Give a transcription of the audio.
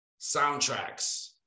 soundtracks